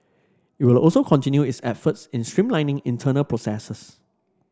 it will also continue its efforts in streamlining internal processes